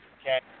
Okay